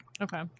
okay